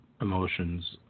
emotions